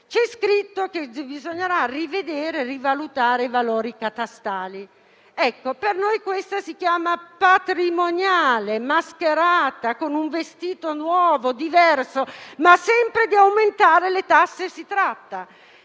europea) - che bisognerà rivedere e rivalutare i valori catastali. Per noi questa si chiama patrimoniale mascherata con un vestito nuovo e diverso, ma sempre di aumentare le tasse si tratta.